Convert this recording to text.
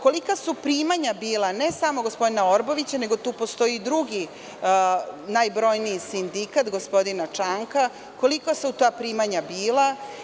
Kolika su primanja bila, ne samo gospodina Orbovića, nego tu postoji i najbrojniji sindikat gospodina Čanka, kolika su ta primanja bila?